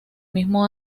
mismo